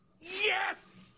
Yes